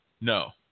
No